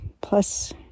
plus